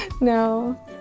No